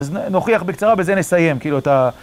אז נוכיח בקצרה, בזה נסיים, כאילו, את ה...